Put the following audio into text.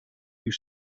you